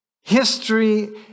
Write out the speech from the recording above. history